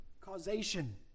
causation